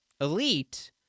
elite